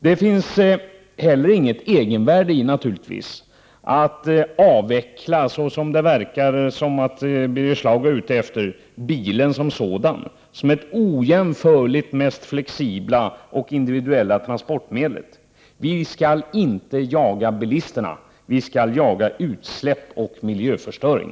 Det finns naturligtvis inte heller något egenvärde i att, som det verkar att Birger Schlaug är ute efter, avveckla bilen som sådan, som är det ojämförligt mest flexibla individuella transportmedlet. Vi skall inte jaga bilisterna. Vi skall jaga utsläpp och miljöförstöring.